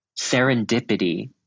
serendipity